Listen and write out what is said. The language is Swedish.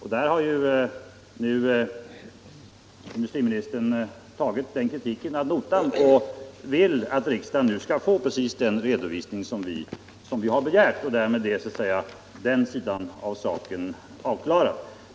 Här har nu industriministern tagit den kritiken ad notam och vill att riksdagen skall få precis de uppgifter jag begärt, och därmed är den sidan av saken avklarad.